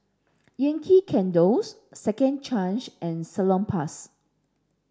Yankee Candles Second Chance and Salonpas